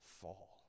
fall